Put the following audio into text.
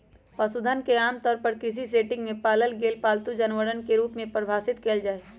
पशुधन के आमतौर पर कृषि सेटिंग में पालल गेल पालतू जानवरवन के रूप में परिभाषित कइल जाहई